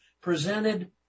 presented